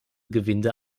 gewinde